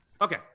Okay